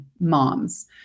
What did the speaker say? moms